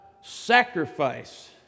sacrifice